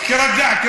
נא לסיים.